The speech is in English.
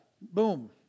boom